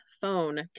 phone